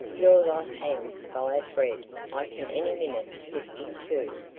your life hangs by a thread i can any minute snip in two.